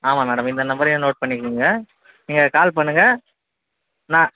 ஆமாம் மேடம் இந்த நம்பரையும் நோட் பண்ணிக்கோங்க நீங்கள் கால் பண்ணுங்கள் நான்